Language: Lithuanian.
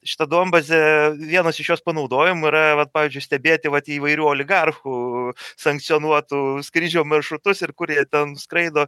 šitą duombazę vienas iš jos panaudojimų yra vat pavyzdžiui stebėti vat įvairių oligarchų sankcionuotų skrydžio maršrutus ir kurie ten skraido